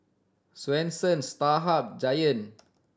Swensens Starhub Giant